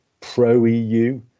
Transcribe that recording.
pro-eu